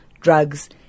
drugs